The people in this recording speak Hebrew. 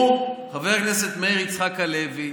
הוא, חבר הכנסת מאיר יצחק הלוי,